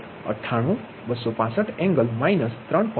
98265 angle minus 3